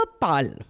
Pal